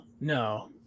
no